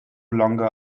longer